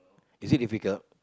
is it difficult